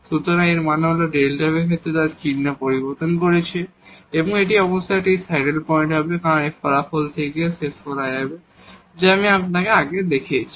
সুতরাং এর মানে হল যে Δ f সেই ক্ষেত্রে তার চিহ্ন পরিবর্তন করছে এবং এটি অবশ্যই একটি স্যাডেল পয়েন্ট হবে যা এই ফলাফল থেকেও শেষ করা হবে যা আমি আপনাকে আগে দেখিয়েছি